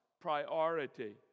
priority